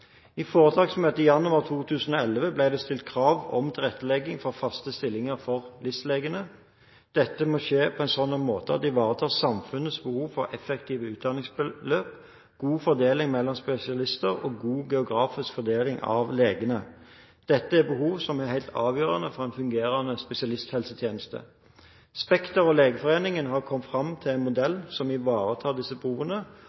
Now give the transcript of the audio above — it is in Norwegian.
I foretaksmøtet i januar 2011 ble det stilt krav om tilrettelegging for faste stillinger for LIS-legene. Dette må skje på en sånn måte at det ivaretar samfunnets behov for effektive utdanningsløp, god fordeling mellom spesialister og god geografisk fordeling av legene. Dette er behov som er helt avgjørende for en fungerende spesialisthelsetjeneste. Spekter og Legeforeningen har kommet fram til en